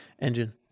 engine